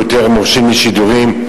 יהיו יותר מורשים לשידורים,